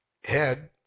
head